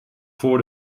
voor